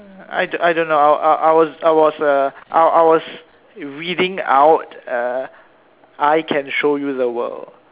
I don't I don't know I was I was uh I was reading out err I can show you the world